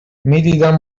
میدیدم